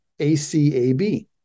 ACAB